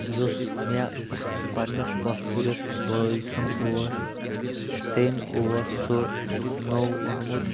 یُس مےٚ پنٛنِس پۄپھتٕرِس بٲے سُنٛد اوس تٔمۍ اوس سُہ نوٚو اوٚنمُت